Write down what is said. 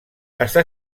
està